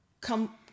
come